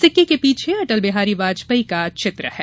सिक्के के पीछे अटलबिहारी वाजपेयी का चित्र है